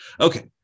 Okay